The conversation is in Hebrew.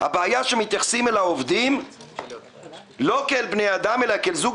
הבעיה שמתייחסים אל העובדים לא כאל בני אדם אלא כאל זוג